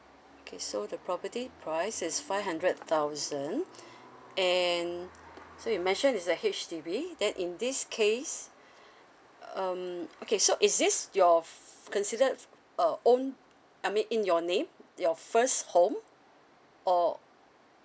okay so the property price is five hundred thousand and so you mentioned is a H_D_B then in this case um okay so is this your f~ considered f~ uh own I mean in your name your first home or